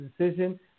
decision